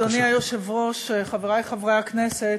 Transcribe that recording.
אדוני היושב-ראש, חברי חברי הכנסת,